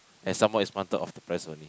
and someone is wanted of the press only